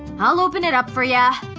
i'll open it up for ya.